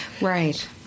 right